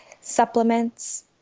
supplements